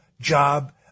job